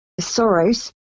Soros